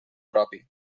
propi